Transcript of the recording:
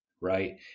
right